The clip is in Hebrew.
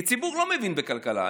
כי הציבור לא מבין בכלכלה,